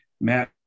Matt